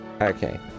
okay